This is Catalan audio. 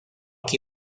qui